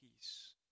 peace